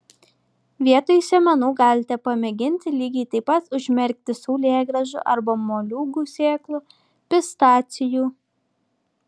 vietoj sėmenų galite pamėginti lygiai taip pat užmerkti saulėgrąžų arba moliūgų sėklų pistacijų